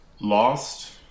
lost